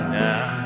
now